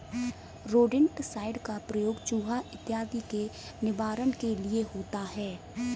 rodenticide का प्रयोग चुहा इत्यादि के निवारण के लिए होता है